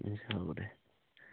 ইছ হ'ব দে